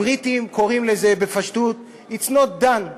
הבריטים קוראים לזה בפשטות It's not done,